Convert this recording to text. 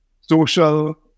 social